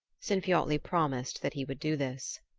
sinfiotli promised that he would do this.